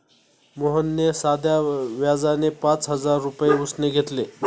मोहनने साध्या व्याजाने पाच हजार रुपये उसने घेतले